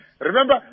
Remember